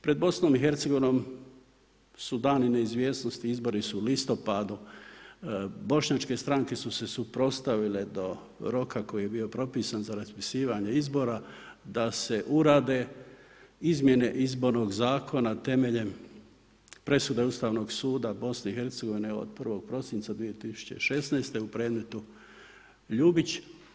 Pred Bosnom i Hercegovinom su dani neizvjesnosti, izbori su u listopadu, Bošnjačke stranke su se suprotstavile do roka koji je bio propisan za raspisivanje izbora da se urade izmjene izbornog zakona temeljem presude Ustavnog suda BiH od 1. prosinca 2016. u predmetu Ljubić.